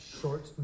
short